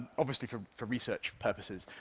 obviously for for research purposes,